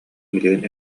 билигин